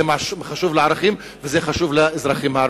זה חשוב לערכים וזה חשוב לאזרחים הערבים.